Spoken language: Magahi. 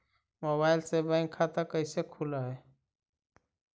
मोबाईल से बैक खाता कैसे खुल है?